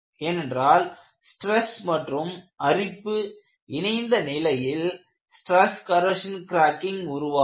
ஏனென்றால் ஸ்டிரஸ் மற்றும் அரிப்பு இணைந்த நிலையில் ஸ்ட்ரெஸ் கொரோஷின் கிராக்கிங் உருவாகும்